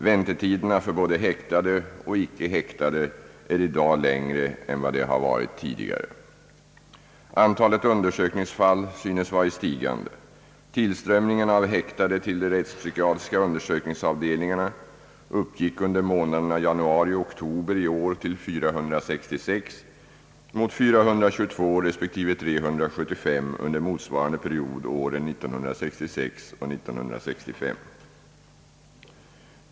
Väntetiderna för både häktade och icke häktade är i dag längre än vad de har varit tidigare. Antalet undersökningsfall synes vara i stigande. Tillströmningen av häktade till de rättspsykiatriska undersökningsavdelningarna uppgick under månaderna januari—oktober i år till 466 mot 422 resp. 375 under motsvarande period åren 1966 och 1965.